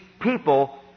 people